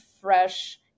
fresh